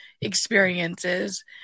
experiences